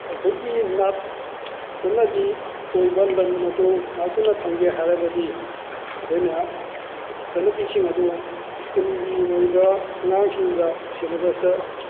ꯑꯩꯈꯣꯏꯒꯤ ꯅꯥꯠ ꯆꯠꯅꯕꯤ ꯑꯣꯏꯕ ꯂꯟ ꯑꯗꯣ ꯉꯥꯛꯇꯨꯅ ꯊꯝꯒꯦ ꯍꯥꯏꯔꯕꯗꯤ ꯑꯩꯈꯣꯏꯅ ꯆꯠꯅꯕꯤꯁꯤꯡ ꯑꯗꯨ ꯏꯁꯀꯨꯜꯒꯤ ꯑꯣꯏꯕ ꯑꯉꯥꯡꯁꯤꯡꯗ ꯁꯦꯂꯦꯕꯁꯇ